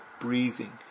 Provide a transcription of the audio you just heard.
breathing